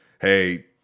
Hey